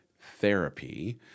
therapy